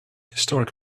historic